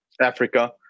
Africa